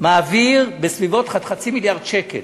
מעביר בסביבות חצי מיליארד שקל